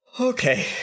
Okay